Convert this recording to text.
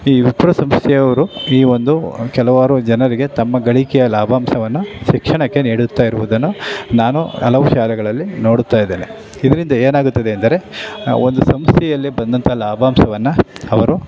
ಈ ವಿಪ್ರೋ ಸಂಸ್ಥೆಯವರು ಈ ಒಂದು ಕೆಲವಾರು ಜನರಿಗೆ ತಮ್ಮ ಗಳಿಕೆಯ ಲಾಭಾಂಶವನ್ನು ಶಿಕ್ಷಣಕ್ಕೆ ನೀಡುತ್ತಾ ಇರುವುದನ್ನು ನಾನು ಹಲವು ಶಾಲೆಗಳಲ್ಲಿ ನೋಡುತ್ತಾ ಇದ್ದೇನೆ ಇದರಿಂದ ಏನಾಗುತ್ತದೆ ಅಂದರೆ ಒಂದು ಸಂಸ್ಥೆಯಲ್ಲಿ ಬಂದಂಥ ಲಾಭಾಂಶವನ್ನು ಅವರು